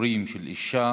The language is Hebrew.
פיטורים של אישה